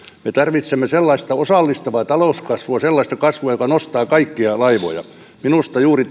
me tarvitsemme osallistavaa talouskasvua sellaista kasvua joka nostaa kaikkia laivoja minusta juuri